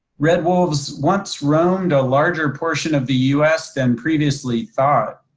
red wolves once roamed a larger portion of the us than previously thought.